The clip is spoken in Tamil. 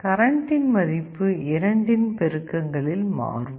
கரண்ட்டின் மதிப்பு 2 இன் பெருக்கங்களில் மாறும்